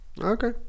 Okay